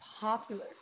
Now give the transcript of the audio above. popular